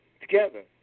together